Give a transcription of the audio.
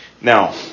now